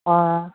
অঁ